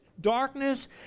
darkness